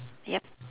yup